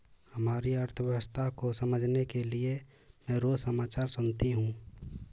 हमारी अर्थव्यवस्था को समझने के लिए मैं रोज समाचार सुनती हूँ